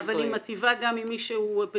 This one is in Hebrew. אבל היא מטיבה גם עם מי שהוא פנסיונר.